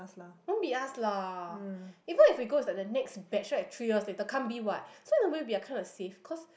won't be us lah even if we go it's like the next batch right three years later can't be what so in a way we kind of safe cause